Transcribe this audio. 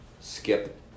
skip